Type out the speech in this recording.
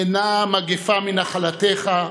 מנע מגפה מנחלתך,